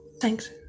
Thanks